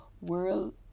World